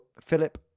Philip